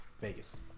Vegas